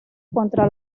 contra